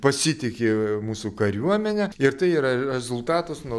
pasitiki mūsų kariuomene ir tai yra rezultatas nuo